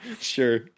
Sure